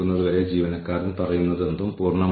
ഇത്തരത്തിലുള്ള എല്ലാ രേഖകളും നിലനിർത്താൻ കഴിയും